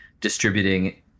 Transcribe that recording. distributing